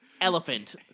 elephant